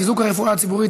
חיזוק הרפואה הציבורית),